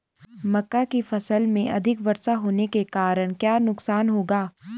मक्का की फसल में अधिक वर्षा होने के कारण क्या नुकसान होगा?